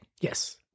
Yes